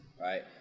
right